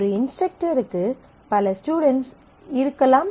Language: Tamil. ஒரு இன்ஸ்ட்ரக்டருக்கு பல ஸ்டுடென்ட்ஸ் இருக்கலாம்